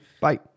Bye